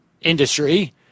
industry